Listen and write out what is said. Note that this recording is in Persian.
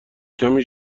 کمی